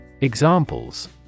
Examples